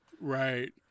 right